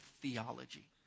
theology